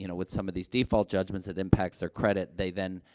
you know, with some of these default judgments. it impacts their credit they then,